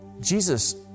Jesus